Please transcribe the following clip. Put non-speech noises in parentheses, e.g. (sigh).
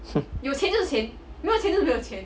(coughs)